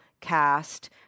cast